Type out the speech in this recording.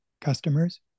customers